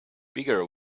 bigger